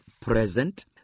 present